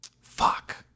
Fuck